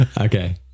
Okay